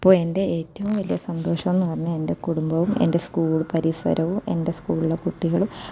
അപ്പോൾ എൻ്റെ ഏറ്റവും വലിയ സന്തോഷം എന്ന് പറഞ്ഞാൽ എൻ്റെ കുടുംബവും എൻ്റെ സ്കൂൾ പരിസരവും എൻ്റെ സ്കൂളിലെ കുട്ടികളും